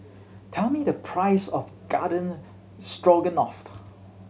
tell me the price of Garden Stroganoff